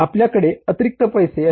आपल्याकडे अतिरिक्त पैसे आहे